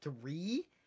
three